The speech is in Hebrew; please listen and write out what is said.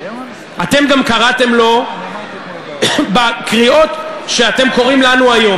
אתם גם קראתם לו בקריאות שאתם קוראים לנו היום.